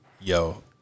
yo